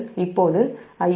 இப்போது Ia1 Ia2 2Ia0